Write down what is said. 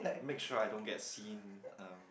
make sure I don't get seen um